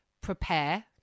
Prepare